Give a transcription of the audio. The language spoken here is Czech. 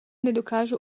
nedokážu